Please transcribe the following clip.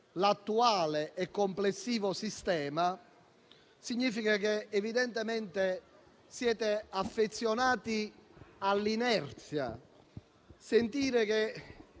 l'attuale e complessivo sistema significa che evidentemente siete affezionati all'inerzia. Dire che